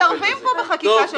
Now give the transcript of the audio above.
אבל מתערבים פה בחקיקה של ועדת חוקה.